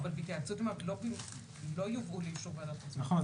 אבל הם לא יובאו לאישור ועדת חוץ וביטחון,